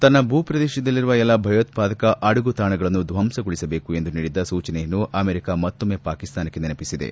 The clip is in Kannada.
ತನ್ನ ಭೂಪ್ರದೇಶದಲ್ಲಿರುವ ಎಲ್ಲ ಭಯೋತ್ವಾದಕ ಅಡಗುದಾಣಗಳನ್ನು ಧ್ವಂಸಗೊಳಿಸಬೇಕು ಎಂದು ನೀಡಿದ್ದ ಸೂಚನೆಯನ್ನು ಅಮೆರಿಕ ಮತ್ತೊಮ್ನೆ ಪಾಕಿಸ್ತಾನಕ್ಕೆ ನೆನಪಿಸಿದೆ